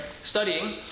studying